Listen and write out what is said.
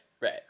right